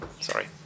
sorry